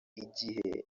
igihe